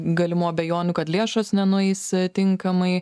galimų abejonių kad lėšos nenueis tinkamai